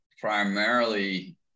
primarily